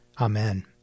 Amen